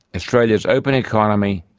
australia's open economy,